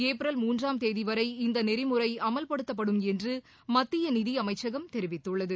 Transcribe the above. April மூன்றாம் தேதி வரை இந்த நெறிமுறை அமவ்படுத்தப்படும் என்று மத்திய நிதி அமைச்சகம் தெரிவித்துள்ளது